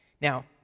Now